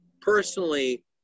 personally